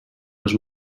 les